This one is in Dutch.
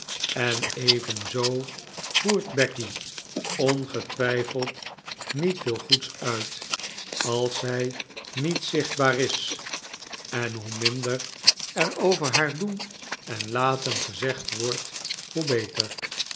en evenzoo voert becky ongetwijfeld niet veel goeds uit als zij niet zichtbaar is en hoe minder er over haar doen en laten gezegd wordt hoe beter